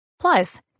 Plus